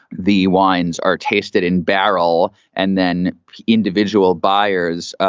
the wines are tasted in barrel and then individual buyers,